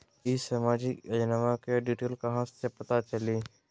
ई सामाजिक योजना के डिटेल कहा से पता चली?